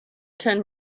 turned